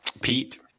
Pete